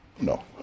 no